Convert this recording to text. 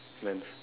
lens